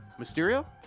Mysterio